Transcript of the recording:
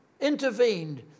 intervened